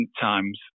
times